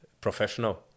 professional